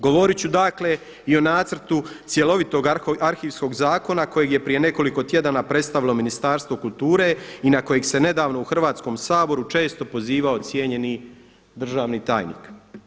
Govorit ću dakle i o nacrtu cjelovitog arhivskog zakona kojeg je prije nekoliko tjedana predstavilo Ministarstvo kulture i na kojeg se nedavno u Hrvatskom saboru često pozivao cijenjeni državni tajnik.